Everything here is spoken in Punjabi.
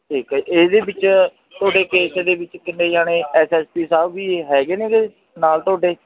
ਠੀਕ ਆ ਇਹਦੇ ਵਿੱਚ ਤੁਹਾਡੇ ਕੇਸ ਦੇ ਵਿੱਚ ਕਿੰਨੇ ਜਾਣੇ ਐਸ ਐਸ ਪੀ ਸਾਹਿਬ ਵੀ ਹੈਗੇ ਨੇਗੇ ਨਾਲ ਤੁਹਾਡੇ